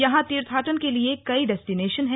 यहां तीर्थाटन के लिए कई डेस्टिनेशन हैं